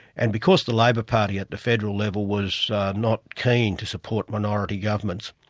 and because the labor party at the federal level was not keen to support minority governments,